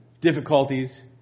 difficulties